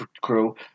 crew